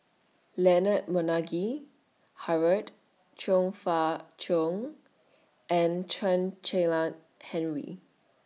Leonard Montague Harrod Chong Fah Cheong and Chen Henri